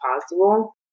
possible